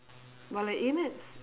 but like A maths